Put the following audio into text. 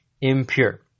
impure